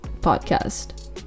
podcast